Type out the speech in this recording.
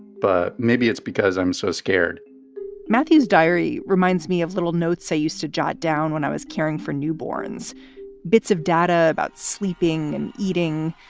but maybe it's because i'm so scared matthew's diary reminds me of little notes i used to jot down when i was caring for newborns bits of data about sleeping and eating.